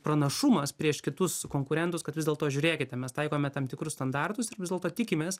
pranašumas prieš kitus konkurentus kad vis dėlto žiūrėkite mes taikome tam tikrus standartus ir vis dėlto tikimės